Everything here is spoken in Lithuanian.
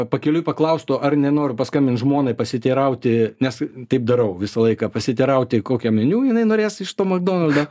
pakeliui paklaustų ar nenoriu paskambint žmonai pasiteirauti nes taip darau visą laiką pasiteirauti kokio meniu jinai norės iš to makdonaldo